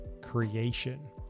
creation